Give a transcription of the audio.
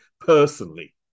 personally